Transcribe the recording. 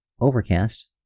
Overcast